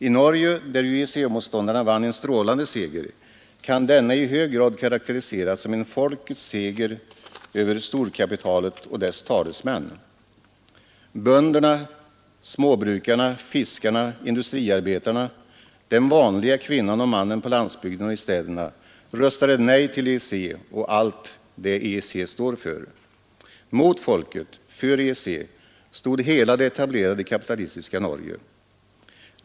I Norge, där ju EEC-motståndarna vann en strålande seger, kan denna i hög grad karakteriseras som en folkets seger över storkapitalet och dess talesmän. Bönderna, småbrukarna, fiskarna, industriarbetarna, den vanliga kvinnan och mannen på landsbygden och i städerna röstade nej till EEC och allt det EEC står för. Mot folket, för F stod hela det etablerade kapitalistiska Norge.